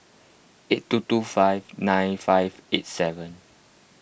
eight two two five nine five eight seven